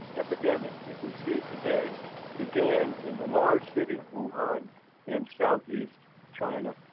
epidemic that we see today began in the large city of wuhan in southeast china,